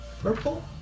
Purple